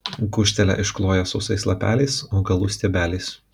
gūžtelę iškloja sausais lapeliais augalų stiebeliais